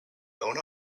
owner